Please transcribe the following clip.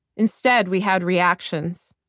instead, we had reactions.